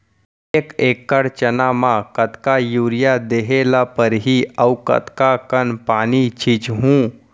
एक एकड़ चना म कतका यूरिया देहे ल परहि अऊ कतका कन पानी छींचहुं?